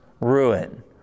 ruin